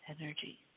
energy